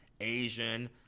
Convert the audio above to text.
Asian